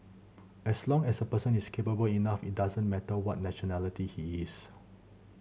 as long as the person is capable enough it doesn't matter what nationality he is